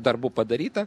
darbų padaryta